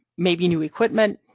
maybe new equipment,